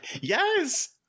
Yes